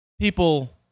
people